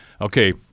Okay